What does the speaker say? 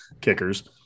kickers